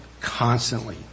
constantly